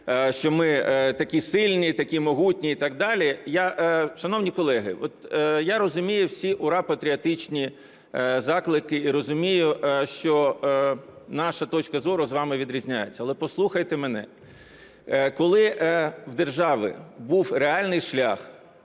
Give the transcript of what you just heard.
що ми такі сильні, такі могутні і так далі. Шановні колеги, от я розумію всі ура-патріотичні заклики і розумію, що наша точка зору з вами відрізняється, але послухайте мене. Коли в держави був реальний шлях